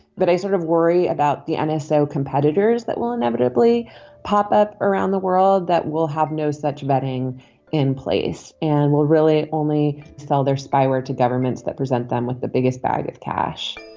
but i sort of worry about the nso and so competitors that will inevitably pop up around the world that will have no such vetting in place and will really only sell their spyware to governments that present them with the biggest bag of cash